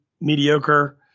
mediocre